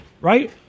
right